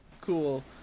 Cool